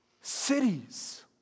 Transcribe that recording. cities